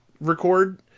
record